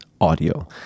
audio